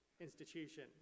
institution